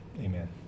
Amen